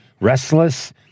restless